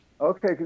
Okay